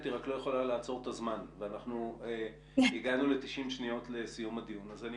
היא רק לא יכולה לעצור את הזמן והגענו ל-90 שניות לסיום הדיון הזה.